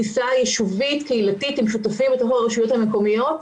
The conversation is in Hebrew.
בסביבה היישובית קהילתית עם שותפים בתוך הרשויות המקומיות.